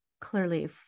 clearly